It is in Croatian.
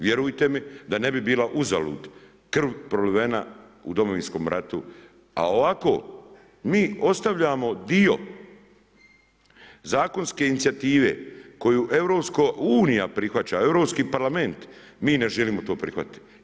Vjerujte mi da ne bi bila uzalud krv prolivena u Domovinskom ratu, a ovako mi ostavljamo dio zakonske inicijative koju EU prihvaća, Europski parlament, mi ne želimo to da prihvatimo.